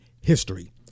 history